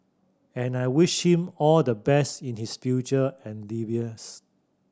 and I wish him all the best in his future endeavours